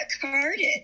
carded